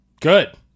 good